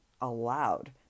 allowed